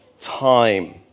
time